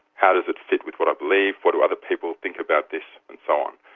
how does it fit with what i believe, what do other people think about this, and so on.